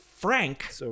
Frank